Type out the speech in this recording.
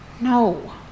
No